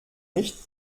nicht